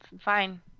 fine